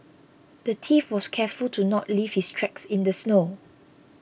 the thief was careful to not leave his tracks in the snow